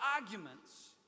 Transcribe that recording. arguments